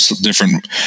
different